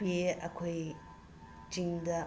ꯄꯤꯑꯦ ꯑꯩꯈꯣꯏ ꯆꯤꯡꯗ